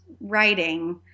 writing